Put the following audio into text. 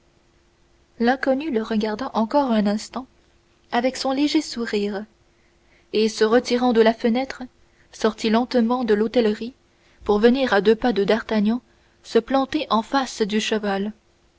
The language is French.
l'inconnu le regarda encore un instant avec son léger sourire et se retirant de la fenêtre sortit lentement de l'hôtellerie pour venir à deux pas de d'artagnan se planter en face du cheval